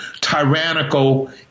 tyrannical